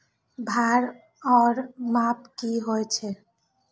भार ओर माप की होय छै?